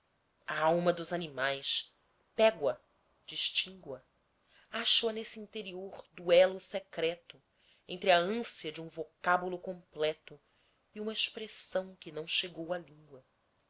a alma dos animais pego a distingo a acho-a nesse interior duelo secreto entre a ânsia de um vocábulo completo e uma expressão que não chegou à língua